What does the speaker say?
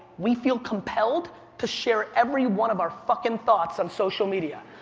we feel compelled to share every one of our fucking thoughts on social media.